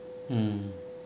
mm